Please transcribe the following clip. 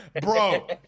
Bro